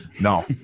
No